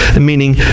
meaning